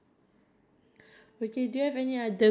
yours okay is it you're scared